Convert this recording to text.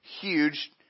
huge